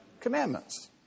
commandments